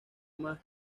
más